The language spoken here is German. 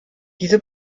diese